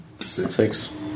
six